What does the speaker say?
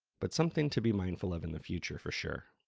but something to be mindful of in the future for sure.